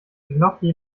gnocchi